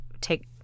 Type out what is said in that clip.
take